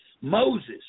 Moses